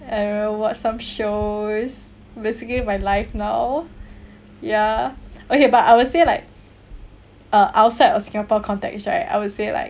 and then watch some shows basically my life now ya okay but I will say like uh outside of singapore context right I would say like